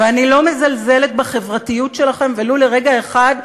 ואני לא מזלזלת בחברתיות שלכם ולו לרגע אחד,